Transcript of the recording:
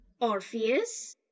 Orpheus